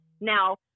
now